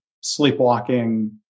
sleepwalking